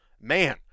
Man